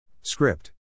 script